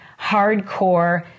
hardcore